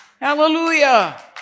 Hallelujah